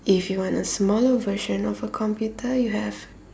if you want a smaller version of a computer you have